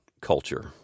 culture